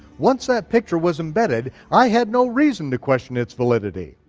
once that picture was embedded, i had no reason to question its validity.